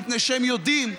מפני שהם יודעים,